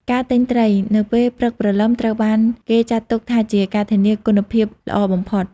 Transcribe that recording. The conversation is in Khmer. ការទិញត្រី នៅពេលព្រឹកព្រលឹមត្រូវបានគេចាត់ទុកថាជា ការធានា នូវគុណភាពល្អបំផុត។